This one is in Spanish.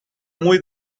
muy